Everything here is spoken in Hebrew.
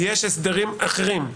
יש הסדרים אחרים,